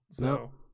No